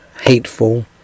hateful